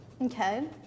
Okay